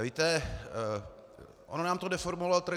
Víte, ono nám to deformovalo trh.